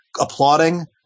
applauding